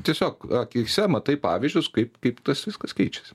tiesiog akyse matai pavyzdžius kaip kaip tas viskas keičiasi